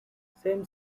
same